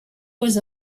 was